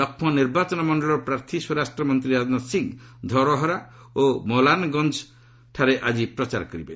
ଲକ୍ଷ୍ମୌ ନିର୍ବାଚନ ମଣ୍ଡଳୀର ପ୍ରାର୍ଥୀ ସ୍ୱରାଷ୍ଟ୍ରମନ୍ତ୍ରୀ ରାଜନାଥ ସିଂ ଧୌରହରା ଓ ମୋହନଲାଲଗଞ୍ଜଠାରେ ଆଜି ପ୍ରଚାର କରିବେ